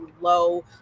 low